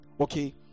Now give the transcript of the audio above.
Okay